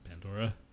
Pandora